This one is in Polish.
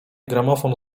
gramofon